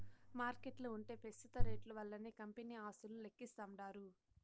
మార్కెట్ల ఉంటే పెస్తుత రేట్లు వల్లనే కంపెనీ ఆస్తులు లెక్కిస్తాండారు